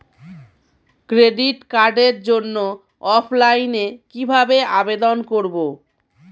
Credit কার্ডের জন্য অফলাইনে কিভাবে আবেদন করব?